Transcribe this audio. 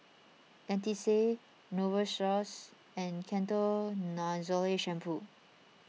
Dentiste Novosource and Ketoconazole Shampoo